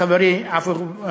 חברי עפו,